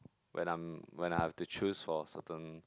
when I'm when I've to choose for certain